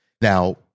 Now